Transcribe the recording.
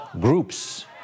groups